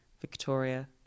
Victoria